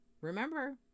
remember